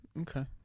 Okay